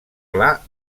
pla